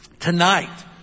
Tonight